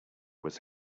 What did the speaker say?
was